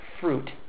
fruit